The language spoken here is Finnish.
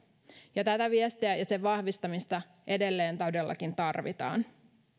ja tätä viestiä ja sen vahvistamista edelleen todellakin tarvitaan